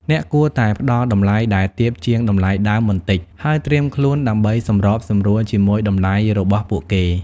អ្នកគួរតែផ្តល់តម្លៃដែលទាបជាងតម្លៃដើមបន្តិច ហើយត្រៀមខ្លួនដើម្បីសម្របសម្រួលជាមួយតម្លៃរបស់ពួកគេ។